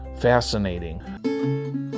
fascinating